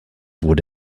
wurde